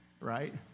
right